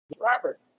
Robert